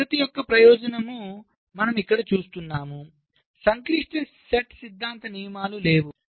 ఈ పద్ధతి యొక్క ప్రయోజనం మనము ఇక్కడ చూస్తున్నాము సంక్లిష్ట సెట్ సిద్ధాంత నియమాలు లేవు